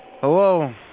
Hello